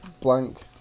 blank